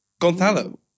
Gonzalo